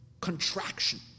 contraction